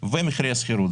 ומחירי השכירות.